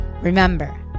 Remember